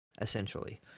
essentially